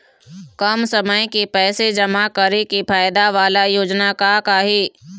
कम समय के पैसे जमा करे के फायदा वाला योजना का का हे?